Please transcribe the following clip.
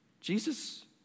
Jesus